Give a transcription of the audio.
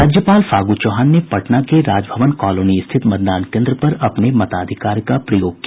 राज्यपाल फागू चौहान ने पटना के राजभवन कॉलोनी स्थित मतदान केन्द्र पर अपने मताधिकार का प्रयोग किया